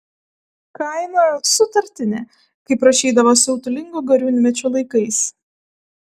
kaina sutartinė kaip rašydavo siautulingo gariūnmečio laikais